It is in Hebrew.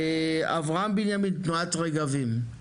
אברהם בנימין, תנועת רגבים.